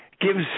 Gives